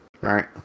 right